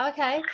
Okay